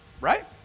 right